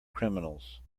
criminals